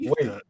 wait